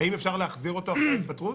האם אפשר להחזיר אותו אחרי ההתפטרות?